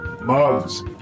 mugs